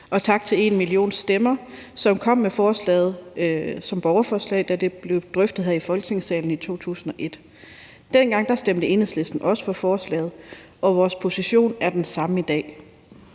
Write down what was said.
Og tak til #enmillionstemmer, som stillede forslaget som et borgerforslag, som blev drøftet her i Folketingssalen i 2021. Dengang stemte Enhedslisten også for forslaget, og vores position er den samme i dag.